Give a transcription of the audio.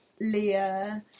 Leah